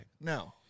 No